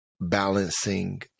balancing